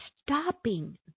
stopping